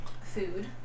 food